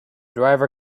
driver